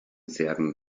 serben